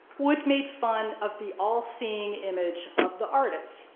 wood made fun of the all-seeing image of the artist,